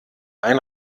ein